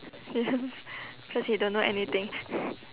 yes cause you don't know anything